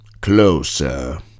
Closer